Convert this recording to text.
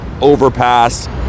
overpass